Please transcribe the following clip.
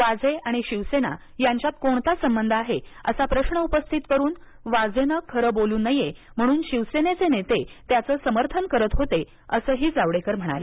वाझे आणि शिवसेना यांच्यात कोणता संबध आहे असा प्रश्न उपस्थित करून वाझेनं खरं बोलू नये म्हणून शिवसेनेचे नेते त्याचं समर्थन करत होते असंही जावडेकर म्हणाले